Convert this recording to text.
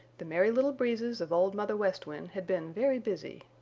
the merry little breezes of old mother west wind had been very busy,